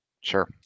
sure